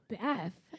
Beth